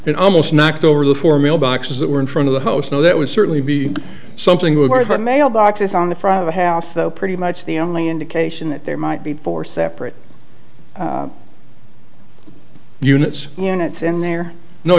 and almost knocked over the four mailboxes that were in front of the house now that would certainly be something with the mailbox on the front of the house though pretty much the only indication that there might be four separate units units in there no